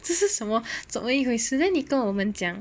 这是什么怎么一会是 then 你跟我们讲